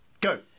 Go